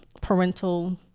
parental